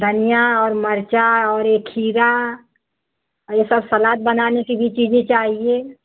धनिया और मिर्च और ए खीरा ये सब सलाद बनाने की भी चीजें चाहिए